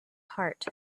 heart